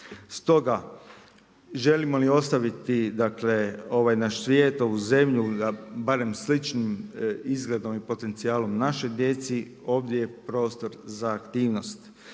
Stoga želimo li ostaviti ovaj naš svijet, ovu zemlju barem sličnim izgledom i potencijalom našoj djeci, ovdje je prostor za aktivnost.